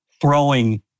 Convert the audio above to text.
throwing